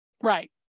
Right